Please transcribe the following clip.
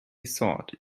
soared